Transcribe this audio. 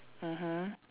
mmhmm